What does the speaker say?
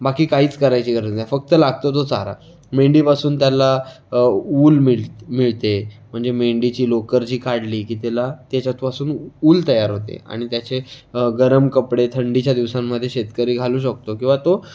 बाकी काहीच करायची गरज नाही फक्त लागतो तो चारा मेंढीपासून त्याला वूल मिळ मिळते म्हणजे मेंढीची लोकर जी काढली की तेला तेच्यापासून वूल तयार होते आणि त्याचे गरम कपडे थंडीच्या दिवसांमध्ये शेतकरी घालू शकतो किंवा तो